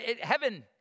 heaven